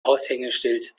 aushängeschild